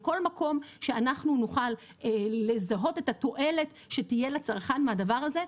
בכל מקום שאנחנו נוכל לזהות את התועלת שתהיה לצרכן מהדבר הזה,